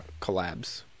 collabs